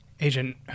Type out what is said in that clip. Agent